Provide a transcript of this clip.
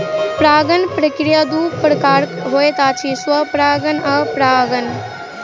परागण प्रक्रिया दू प्रकारक होइत अछि, स्वपरागण आ परपरागण